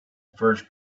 first